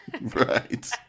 Right